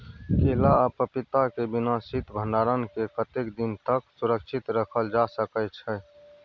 केला आ पपीता के बिना शीत भंडारण के कतेक दिन तक सुरक्षित रखल जा सकै छै?